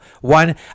One